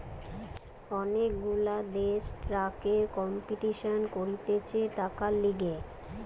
অনেক গুলা দেশ ট্যাক্সের কম্পিটিশান করতিছে টাকার লিগে